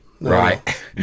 right